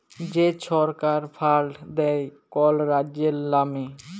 যে ছরকার ফাল্ড দেয় কল রাজ্যের লামে